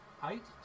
Height